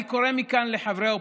אני קורא מכאן לחברי האופוזיציה: